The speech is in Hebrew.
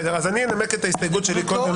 אז אני אנמק את הסתייגות שלי קודם, ברשותכם.